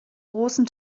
großen